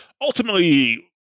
ultimately